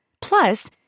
Plus